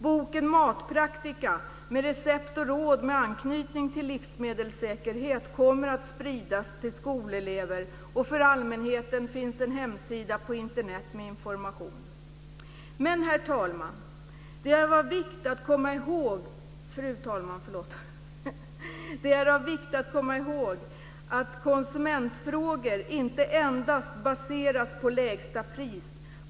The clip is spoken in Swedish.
Boken Matpraktika, med recept och råd med anknytning till livsmedelssäkerhet, kommer att spridas till skolelever, och för allmänheten finns en hemsida på Internet med information. Fru talman! Det är av vikt att komma ihåg att konsumentfrågor inte endast baseras på lägsta pris.